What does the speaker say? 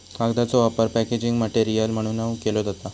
कागदाचो वापर packaging material म्हणूनव केलो जाता